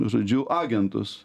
žodžiu agentus